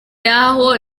yaho